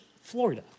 Florida